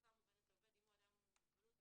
"שפה המובנת לעובד" אם הוא אדם עם מוגבלות,